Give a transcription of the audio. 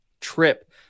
trip